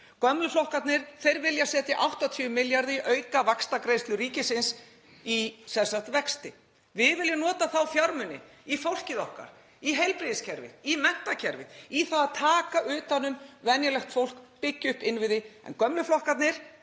Gömlu flokkarnir vilja setja 80 milljarða í aukavaxtagreiðslur ríkisins, í vexti. Við viljum nota þá fjármuni í fólkið okkar, í heilbrigðiskerfið, í menntakerfið, í það að taka utan um venjulegt fólk og byggja upp innviði